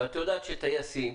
ואת יודעת שטייסים